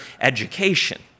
education